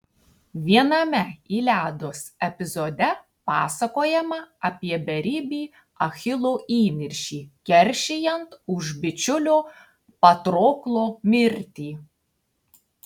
viename iliados epizode pasakojama apie beribį achilo įniršį keršijant už bičiulio patroklo mirtį